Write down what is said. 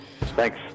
Thanks